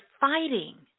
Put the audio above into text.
fighting